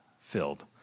filled